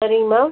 சரிங்க மேம்